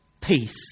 peace